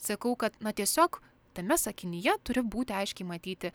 sakau kad na tiesiog tame sakinyje turi būti aiškiai matyti